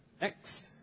Next